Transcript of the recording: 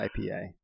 IPA